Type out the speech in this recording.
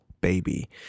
baby